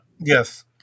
Yes